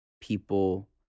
people